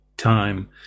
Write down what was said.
time